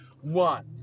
One